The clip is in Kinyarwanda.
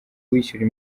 wishyura